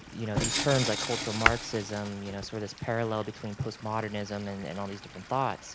you know these terms like cultural marxism, you know sort of this parallel between post-modernism and and all these different thoughts